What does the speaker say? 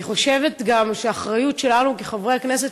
אני חושבת גם שהאחריות שלנו כחברי כנסת